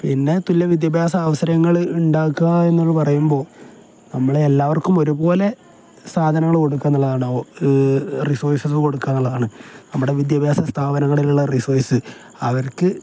പിന്നെ തുല്യ വിദ്യാഭ്യാസ അവസരങ്ങൾ ഉണ്ടാക്കുക എന്ന പറയുമ്പോൾ നമ്മൾ എല്ലാവർക്കും ഒരുപോലെ സാധനങ്ങൾ കൊടുക്കുക എന്നുള്ളതാണ് റിസോഴ്സസ് കൊടുക്കുക എന്നുള്ളതാണ് നമ്മുടെ വിദ്യാഭ്യാസ സ്ഥാപനങ്ങളിലുള്ള റിസോഴ്സ് അവർക്ക്